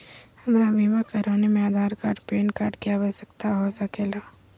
हमरा बीमा कराने में आधार कार्ड पैन कार्ड की आवश्यकता हो सके ला?